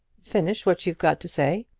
finish what you've got to say.